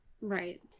Right